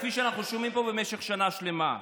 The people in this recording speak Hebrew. כפי שאנחנו שומעים פה במשך שנה שלמה.